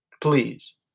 Please